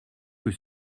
que